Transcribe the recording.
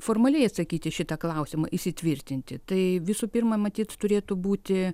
formaliai atsakyti į šitą klausimą įsitvirtinti tai visų pirma matyt turėtų būti